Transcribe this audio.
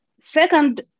Second